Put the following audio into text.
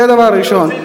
זה דבר ראשון.